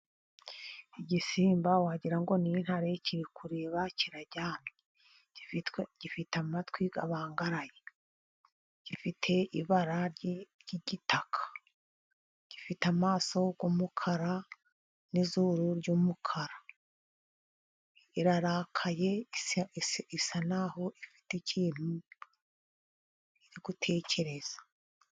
Igisimba wagira ngo ni intare kiri kureba ,kiraryamye ,gifite amatwi abangaraye, gifite ibara ry'igitaka ,gifite amaso y'umukara n'izuru ry'umukara ,irarakaye isa naho ifite ikintu iri gutekereza.